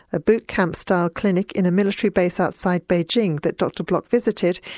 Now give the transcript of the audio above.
a boot camp style clinic in a military base outside beijing that dr block visited,